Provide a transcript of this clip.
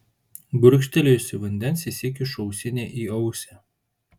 gurkštelėjusi vandens įsikišu ausinę į ausį